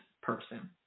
person